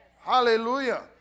Hallelujah